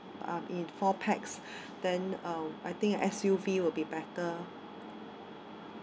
uh in four pax then uh I think S_U_V will be better